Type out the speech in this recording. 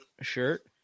shirt